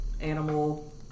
animal